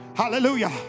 Hallelujah